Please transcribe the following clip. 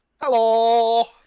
Hello